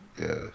Yes